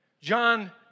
John